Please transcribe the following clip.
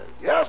Yes